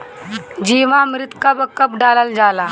जीवामृत कब कब डालल जाला?